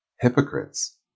hypocrites